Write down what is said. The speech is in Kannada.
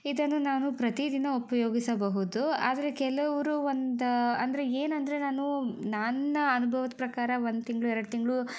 ಇದನ್ನು ನಾನು ಪ್ರತಿದಿನ ಉಪಯೋಗಿಸಬಹುದು ಆದರೆ ಕೆಲವರು ಒಂದು ಅಂದರೆ ಏನಂದರೆ ನಾನು ನನ್ನ ಅನುಭವದ ಪ್ರಕಾರ ಒಂದು ತಿಂಗಳು ಎರಡು ತಿಂಗಳು